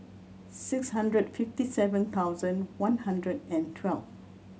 six hundred fifty seven thousand one hundred and twelve